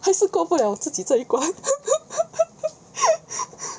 还是过不了自己这一关